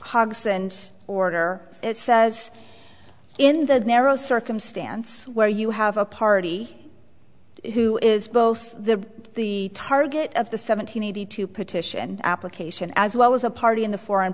hog's and order it says in the narrow circumstance where you have a party who is both the the target of the seven hundred eighty two petition application as well as a party in the foreign